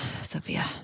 Sophia